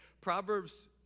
proverbs